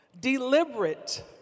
deliberate